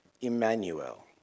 Emmanuel